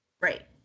Right